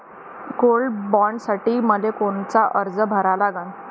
Gold बॉण्डसाठी मले कोनचा अर्ज भरा लागन?